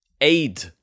aid